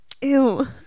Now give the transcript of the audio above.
Ew